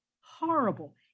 horrible